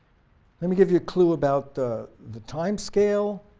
let me give you a clue about the the time scale.